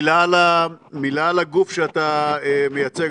מילה על הגוף שאתה מייצג,